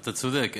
אתה צודק,